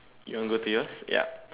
you want go to yours yep